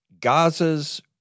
Gaza's